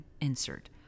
insert